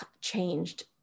changed